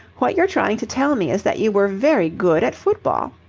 what you're trying to tell me is that you were very good at football.